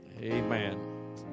amen